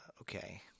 Okay